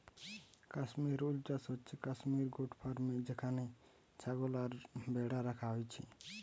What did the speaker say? কাশ্মীর উল চাষ হচ্ছে কাশ্মীর গোট ফার্মে যেখানে ছাগল আর ভ্যাড়া রাখা হইছে